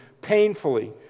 painfully